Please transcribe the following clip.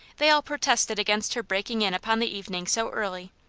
they all pro tested against her breaking in upon the evening so early.